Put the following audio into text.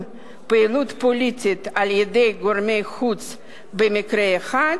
פעילות פוליטית על-ידי גורמי חוץ במקרה אחד